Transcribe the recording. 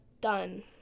done